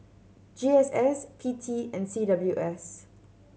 G S S P T and C W S